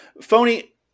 Phony